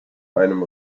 einem